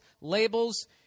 labels